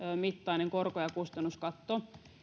mittainen korko ja kustannuskatto